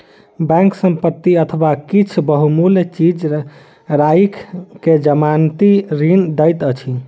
bank संपत्ति अथवा किछ बहुमूल्य चीज राइख के जमानती ऋण दैत अछि